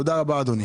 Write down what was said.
תודה רבה אדוני.